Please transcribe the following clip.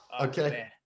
Okay